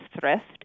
thrift